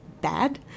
bad